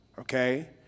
okay